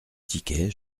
tickets